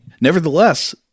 Nevertheless